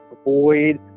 avoid